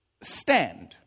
stand